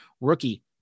rookie